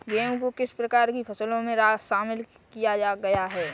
गेहूँ को किस प्रकार की फसलों में शामिल किया गया है?